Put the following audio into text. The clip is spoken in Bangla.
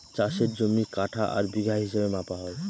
চাষের জমি কাঠা আর বিঘা হিসাবে মাপা হয়